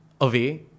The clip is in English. away